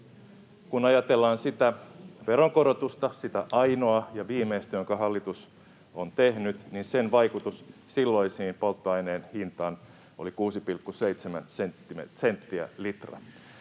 kun ajatellaan sitä veronkorotusta, sitä ainoaa ja viimeistä, jonka hallitus on tehnyt, niin sen vaikutus silloiseen polttoaineen hintaan oli 6,7 senttiä per litra.